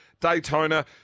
Daytona